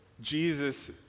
Jesus